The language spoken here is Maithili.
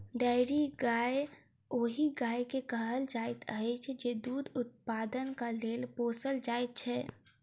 डेयरी गाय ओहि गाय के कहल जाइत अछि जे दूध उत्पादनक लेल पोसल जाइत छै